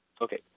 Okay